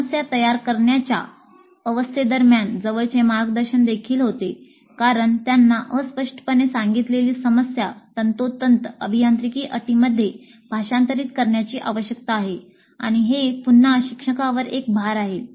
समस्या तयार करण्याच्या अवस्थेदरम्यान जवळचे मार्गदर्शन देखील होते कारण त्यांनी अस्पष्टपणे सांगितलेली समस्या तंतोतंत अभियांत्रिकी अटींमध्ये भाषांतरित करण्याची आवश्यकता आहे आणि हे पुन्हा शिक्षकांवर एक भार आहे